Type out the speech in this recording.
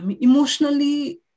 emotionally